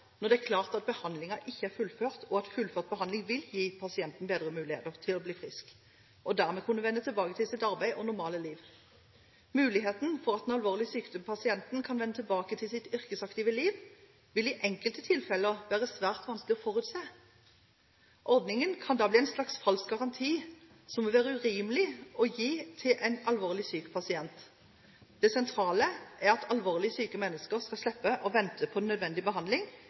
når det er klart at behandlingen ikke er fullført, og at fullført behandling vil gi pasienten bedre muligheter til å bli frisk – og dermed vil kunne vende tilbake til sitt arbeid og normale liv. Muligheten for at den alvorlig syke pasienten kan vende tilbake til sitt yrkesaktive liv, vil i enkelte tilfeller være svært vanskelig å forutse. Ordningen kan da bli en slags falsk garanti – noe som vil være urimelig å gi til en alvorlig syk pasient. Det sentrale er at alvorlig syke mennesker skal slippe å vente på nødvendig behandling.